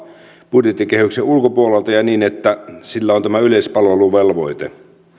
budjettikehyksen ulkopuolelta ja niin että sillä on tämä yleispalveluvelvoite